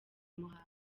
muhanga